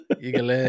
Eagle